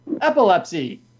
epilepsy